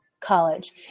college